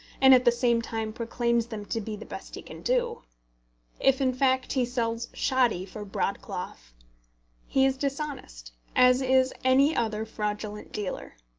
and at the same time proclaims them to be the best he can do if in fact he sells shoddy for broadcloth he is dishonest, as is any other fraudulent dealer.